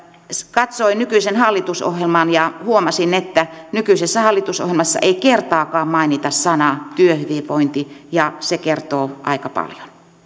katsoin nykyisen hallitusohjelman ja huomasin että nykyisessä hallitusohjelmassa ei kertaakaan mainita sanaa työhyvinvointi ja se kertoo aika paljon